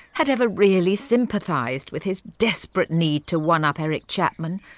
had ever really sympathised with his desperate need to one-up eric chapman,